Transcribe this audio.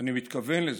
אני מתכוון לזה,